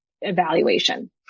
evaluation